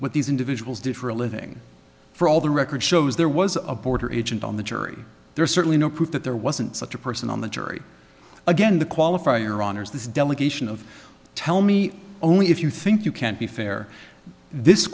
what these individuals did for a living for all the record shows there was a border agent on the jury there certainly no proof that there wasn't such a person on the jury again the qualifier honors this delegation of tell me only if you think you can't be fair this